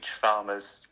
farmers